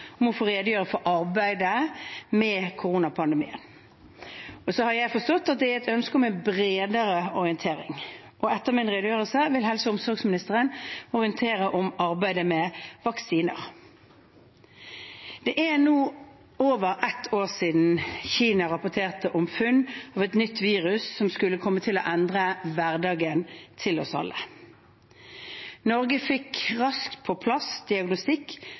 om å få redegjøre for arbeidet med koronapandemien. Jeg har forstått at det også er ønske om en bredere orientering. Etter min redegjørelse vil helse- og omsorgsministeren orientere om arbeidet med vaksiner. Det er nå over ett år siden Kina rapporterte om funn av et nytt virus som skulle komme til å endre hverdagen for oss alle. Norge fikk raskt på plass diagnostikk